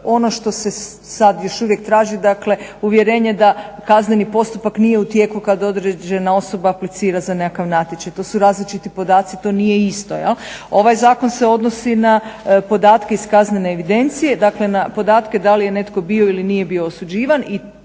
ono što se sad još uvijek traži, dakle uvjerenje da kazneni postupak nije u tijeku kad određena osoba aplicira za nekakav natječaj. To su različiti podaci i to nije isto jel'. Ovaj zakon se odnosi na podatke iz kaznene evidencije, dakle na podatke da li je netko bio ili nije bio osuđivan